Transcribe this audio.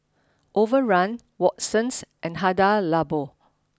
overrun Watsons and Hada Labo